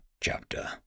chapter